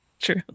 true